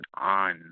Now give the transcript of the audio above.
on